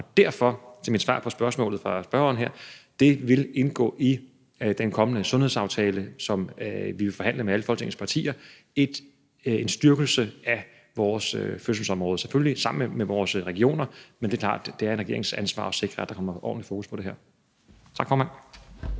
og derfor er mit svar på spørgsmålet fra spørgeren her, at det vil indgå i den kommende sundhedsaftale, som vi vil forhandle med alle Folketingets partier, at der skal ske en styrkelse af fødselsområdet, selvfølgelig sammen med vores regioner. Men det er klart, at det er en regerings ansvar at sikre, at der kommer ordentligt fokus på det her. Tak, formand.